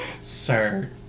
Sir